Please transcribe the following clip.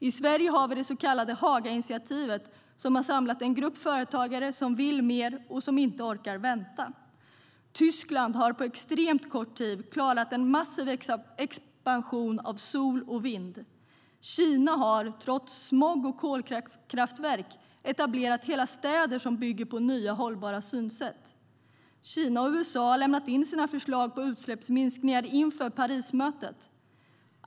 I Sverige har vi det så kallade Hagainitiativet som har samlat en grupp företagare som vill mer och som inte orkar vänta. Tyskland har på extremt kort tid klarat en massiv expansion av sol och vind. Kina har trots smog och kolkraftverk etablerat hela städer som bygger på nya hållbara synsätt. Kina och USA har lämnat in sina förslag på utsläppsminskningar inför Parismötet.